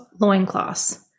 loincloths